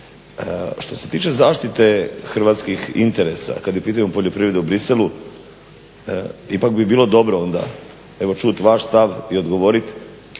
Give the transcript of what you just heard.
Što se tiče zaštite hrvatskih interesa kad je u pitanju poljoprivreda u Bruxellesu ipak bi bilo dobro onda čuti vaš stav i odgovoriti